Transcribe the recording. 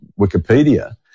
Wikipedia